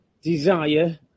desire